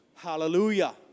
Hallelujah